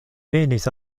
venis